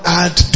add